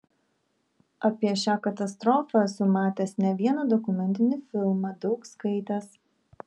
apie šią katastrofą esu matęs ne vieną dokumentinį filmą daug skaitęs